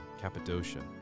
Cappadocia